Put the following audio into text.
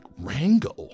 Rango